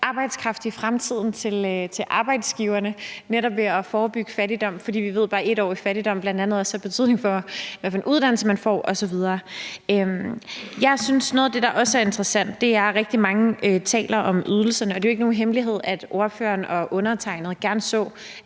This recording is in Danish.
arbejdskraft i fremtiden til arbejdsgiverne, nemlig ved netop at forebygge fattigdom, fordi vi ved, at bare et år i fattigdom bl.a. også har betydning for, hvad for en uddannelse man får osv. Jeg synes, at noget af det, der også er interessant, og som rigtig mange taler om, er ydelserne, og det er jo ikke nogen hemmelighed, at ordføreren og undertegnede gerne så,